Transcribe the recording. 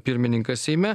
pirmininkas seime